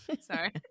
sorry